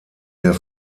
der